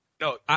no